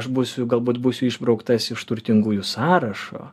aš būsiu galbūt būsiu išbrauktas iš turtingųjų sąrašo